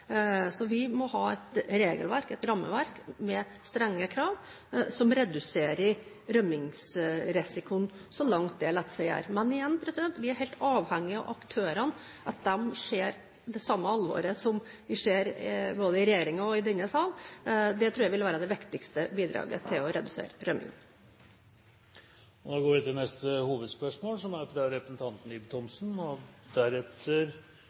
Vi må ha et regelverk og et rammeverk med strenge krav som reduserer rømningsrisikoen så langt det lar seg gjøre. Men igjen: Vi er helt avhengige av at aktørene ser det samme alvoret som både regjeringen og denne sal. Det tror jeg vil være det viktigste bidraget til å redusere rømning. Vi går til neste hovedspørsmål.